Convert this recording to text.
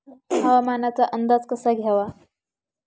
हवामानाचा अंदाज कसा घ्यावा?